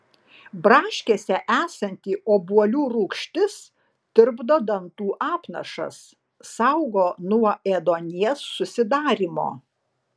braškėse esanti obuolių rūgštis tirpdo dantų apnašas saugo nuo ėduonies susidarymo